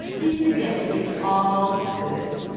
he's in the guest room, it's all good.